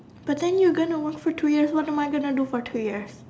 but then you're going to work for two years what am I going to do for two years